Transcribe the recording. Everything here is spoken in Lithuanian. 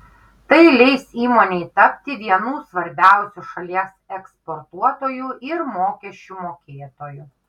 tai leis įmonei tapti vienu svarbiausių šalies eksportuotoju ir mokesčių mokėtoju